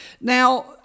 Now